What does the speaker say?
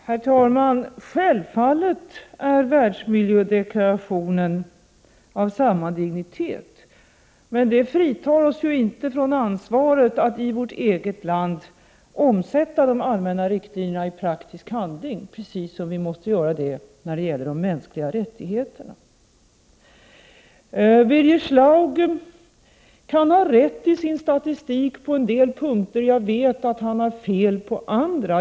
Herr talman! Självfallet är världsmiljödeklarationen av samma dignitet som deklarationen om de mänskliga rättigheterna, men det fritar oss ju inte från ansvaret att i vårt eget land omsätta de allmänna riktlinjerna i praktisk handling, precis som vi måste göra det när det gäller de mänskliga rättigheterna. Birger Schlaug kan ha rätt i sin statistik på en del punkter; jag vet att han har fel på andra.